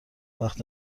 وقت